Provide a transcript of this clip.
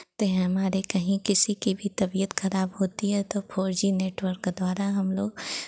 ते हैं हमारे कहीं किसी की भी तबियत खराब होती है तो फोर जी नेटवर्क द्वारा हम लोग